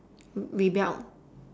rebelled